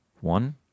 one